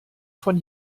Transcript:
von